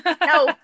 no